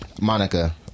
Monica